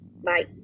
Bye